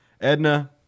Edna